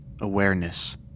awareness